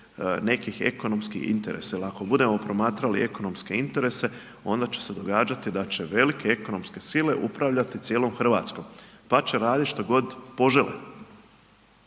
nekih ekonomskim interesa. Jer ako budemo promatrali ekonomske interese onda će se događati da će velike ekonomske sile upravljati cijelom Hrvatskom pa će raditi što god požele.